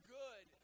good